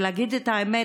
להגיד את האמת,